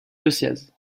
diocèse